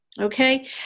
Okay